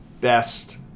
best